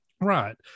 Right